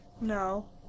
No